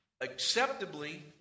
acceptably